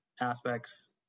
aspects